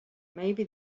maybe